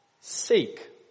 Seek